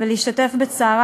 ולהשתתף בצערה.